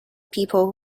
people